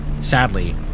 Sadly